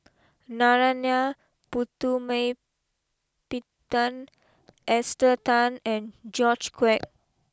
Narana Putumaippittan Esther Tan and George Quek